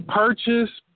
purchase